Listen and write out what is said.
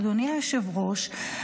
אדוני היושב-ראש,